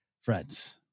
friends